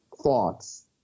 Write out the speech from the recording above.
thoughts